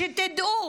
שתדעו,